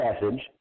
passage